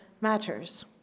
matters